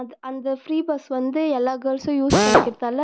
அது அந்த free bus வந்து எல்லா கேர்ள்ஸும் யூஸ் பண்ணிக்கிறதால்